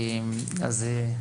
אז,